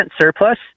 surplus